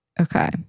Okay